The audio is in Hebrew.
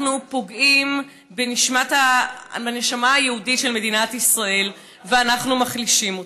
אנחנו פוגעים בנשמה היהודית של מדינת יהודית ואנחנו מחלישים אותה.